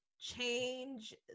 change